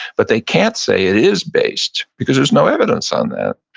but they can't say it is based, because there's no evidence on that.